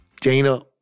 Dana